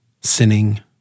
sinning